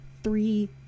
three